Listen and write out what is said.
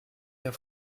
der